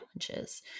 challenges